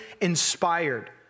inspired